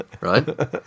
right